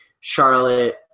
Charlotte